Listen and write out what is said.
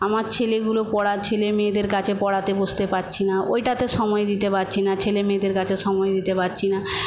আমার ছেলেগুলো পড়া ছেলেমেয়েদের কাছে পড়াতে বসতে পারছি না ওইটাতে সময় দিতে পারছি না ছেলেমেয়েদের কাছে সময় দিতে পারছি না